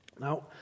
Now